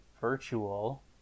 virtual